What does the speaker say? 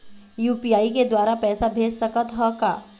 UPI के द्वारा पैसा भेज सकत ह का?